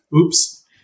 oops